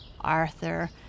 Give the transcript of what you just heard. Arthur